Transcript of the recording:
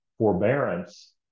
Forbearance